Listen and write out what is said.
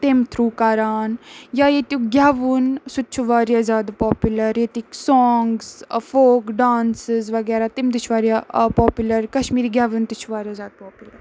تمہِ تھروٗ کَران یا ییٚتیُک گٮ۪وُن سُہ تہِ چھُ واریاہ زیادٕ پاپیوٗلَر ییٚتِکۍ سانٛگٕز فوک ڈانسٕز وغیرہ تِم تہِ چھِ واریاہ پاپیوٗلَر کشمیٖری گٮ۪ون تہِ چھُ واریاہ زیادٕ پاپیوٗلَر